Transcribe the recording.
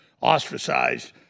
ostracized